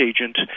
agent